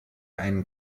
einen